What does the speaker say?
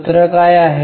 सूत्र काय आहे